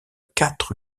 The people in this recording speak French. quatre